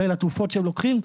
כולל התרופות שהם לוקחים,